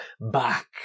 back